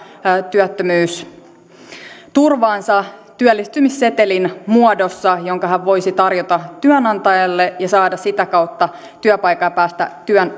työttömyysturvaansa työllistymissetelin muodossa jonka hän voisi tarjota työnantajalle ja saada sitä kautta työpaikan ja päästä työn